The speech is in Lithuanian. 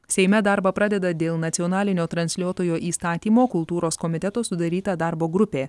seime darbą pradeda dėl nacionalinio transliuotojo įstatymo kultūros komiteto sudaryta darbo grupė